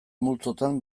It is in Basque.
multzotan